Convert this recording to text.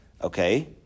Okay